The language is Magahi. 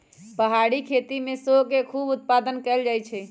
पहारी खेती में सेओ के खूब उत्पादन कएल जाइ छइ